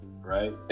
right